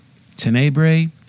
Tenebre